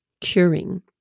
curing